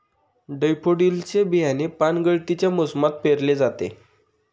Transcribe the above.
daffodils चे बियाणे पानगळतीच्या मोसमात पेरले जाते